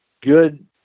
good